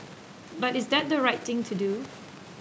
but is that the right thing to do